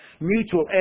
mutual